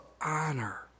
honor